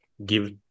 give